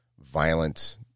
violent